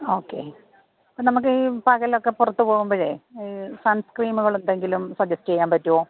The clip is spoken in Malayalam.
ഓക്കെ നമുക്ക് ഈ പകലൊക്കെ പുറത്ത് പോകുമ്പോഴേ ഈ സൺസ്ക്രീനുകൾ എന്തെങ്കിലും സജസ്റ്റ് ചെയ്യാൻ പറ്റുമോ